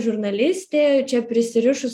žurnalistė čia prisirišus